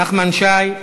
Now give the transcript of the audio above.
נחמן שי.